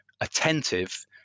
attentive